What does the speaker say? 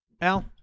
Al